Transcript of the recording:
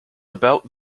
about